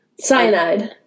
cyanide